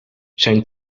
zijn